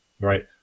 right